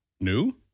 New